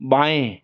बाएँ